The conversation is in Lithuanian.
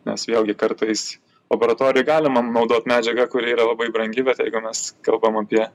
nes vėlgi kartais laboratorijoj galima naudot medžiagą kuri yra labai brangi bet jeigu mes kalbam apie